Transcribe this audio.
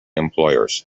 employers